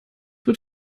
wird